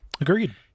Agreed